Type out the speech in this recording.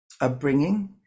upbringing